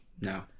No